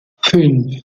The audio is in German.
fünf